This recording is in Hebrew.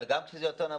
אבל גם כשזה יותר נמוך,